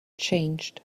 changed